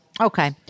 Okay